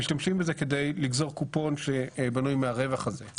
הם משתמשים בזה על מנת לגזור קופון שבנוי מהרווח הזה.